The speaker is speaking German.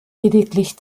lediglich